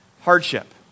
hardship